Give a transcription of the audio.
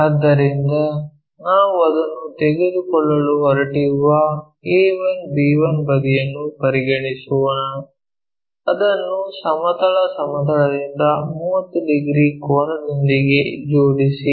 ಆದ್ದರಿಂದ ನಾವು ಅದನ್ನು ತೆಗೆದುಕೊಳ್ಳಲು ಹೊರಟಿರುವ a1 b1 ಬದಿಯನ್ನು ಪರಿಗಣಿಸೋಣ ಅದನ್ನು ಸಮತಲ ಸಮತಲದಿಂದ 30 ಡಿಗ್ರಿ ಕೋನದೊಂದಿಗೆ ಜೋಡಿಸಿ